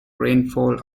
rainfall